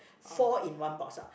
four in one box ah